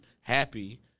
happy